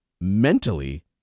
mentally